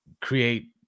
create